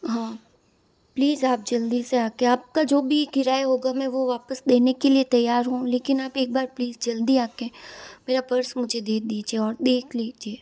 हाँ प्लीज़ आप जल्दी से आके आपका जो भी किराए होगा मैं वह वापस देने के लिए तैयार हूँ लेकिन आप एक बार प्लीज़ जल्दी आ के मेरा पर्स मुझे दे दीजिए और देख लीजिए